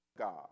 God